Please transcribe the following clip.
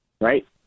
right